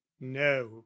no